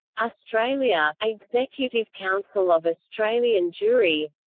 australia executive council of australian jewry